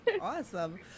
Awesome